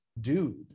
dude